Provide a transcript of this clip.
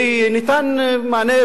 וניתן מענה,